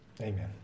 Amen